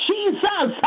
Jesus